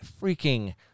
freaking